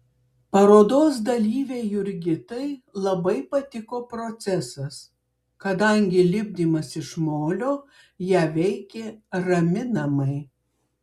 parodos dalyvei jurgitai labai patiko procesas kadangi lipdymas iš molio ją veikė raminamai